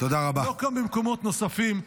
לא קם במקומות נוספים.